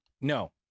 No